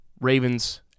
Ravens